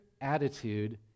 attitude